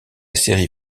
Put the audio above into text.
série